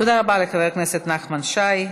תודה רבה לחבר הכנסת נחמן שי.